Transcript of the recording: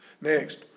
Next